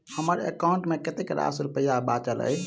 हम्मर एकाउंट मे कतेक रास रुपया बाचल अई?